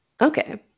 Okay